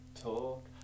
talk